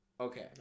Okay